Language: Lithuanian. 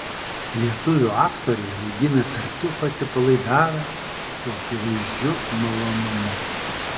lietuvių aktoriai vaidina tartiufą atsipalaidavę su akivaizdžiu malonumu